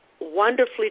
wonderfully